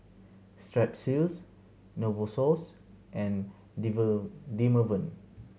Strepsils Novosource and Dermaveen